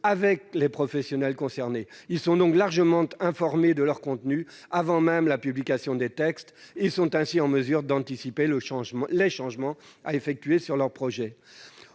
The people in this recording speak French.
avec les professionnels concernés. Ils sont donc largement informés de leur contenu, avant même la publication des textes, et ainsi en mesure d'anticiper les changements à apporter à leur projet.